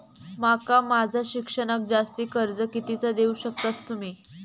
माका माझा शिक्षणाक जास्ती कर्ज कितीचा देऊ शकतास तुम्ही?